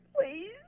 Please